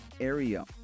area